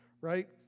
right